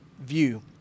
view